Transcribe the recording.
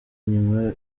inyuma